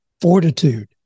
fortitude